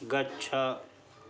गच्छ